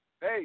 Hey